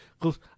cause